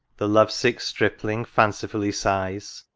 the love-sick stripling fancifully sighs.